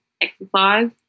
exercise